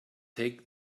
take